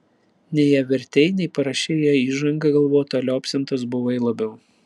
nei ją vertei nei parašei jai įžangą galvotą o liaupsintas buvai labiau